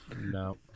No